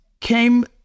came